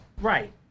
Right